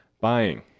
buying